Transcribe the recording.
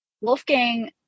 wolfgang